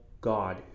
God